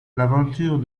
l’aventure